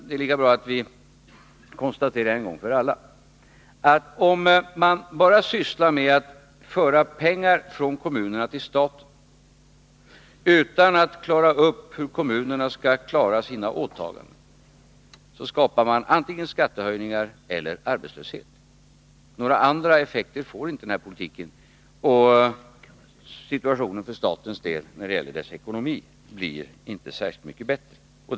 Det är lika bra att vi en gång för alla konstaterar, att om man bara för över pengar från kommunerna till staten utan att klara ut hur kommunerna då skall klara sina åtaganden, blir resultatet antingen skattehöjningar eller arbetslöshet — några andra effekter får inte den politiken. Situationen blir därmed inte särskilt mycket bättre när det gäller statens ekonomi.